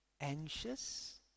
anxious